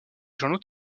journaux